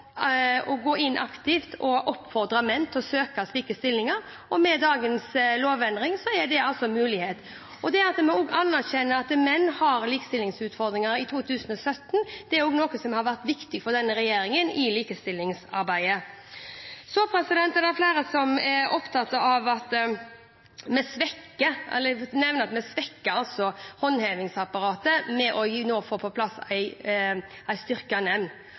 å gå aktivt inn og oppfordre menn til å søke slike stillinger. Med dagens lovendring er det altså mulig. Det at vi anerkjenner at menn har likestillingsutfordringer i 2017, er også noe som har vært viktig for denne regjeringen i likestillingsarbeidet. Så er det flere som nevner at vi svekker håndhevingsapparatet med nå å få på plass